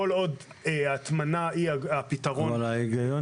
כל עוד ההטמנה היא הפתרון -- ההיגיון